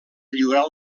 lliurar